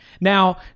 Now